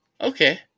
Okay